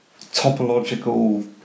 topological